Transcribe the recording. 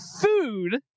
food